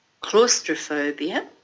claustrophobia